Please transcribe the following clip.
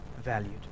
valued